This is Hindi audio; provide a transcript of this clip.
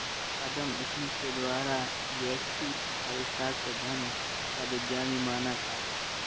अदम स्मिथ के द्वारा व्यष्टि अर्थशास्त्र धन का विज्ञान भी माना था